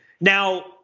Now